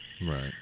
Right